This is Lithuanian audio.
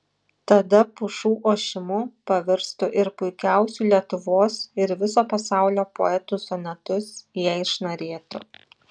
tada pušų ošimu pavirstų ir puikiausių lietuvos ir viso pasaulio poetų sonetus jai šnarėtų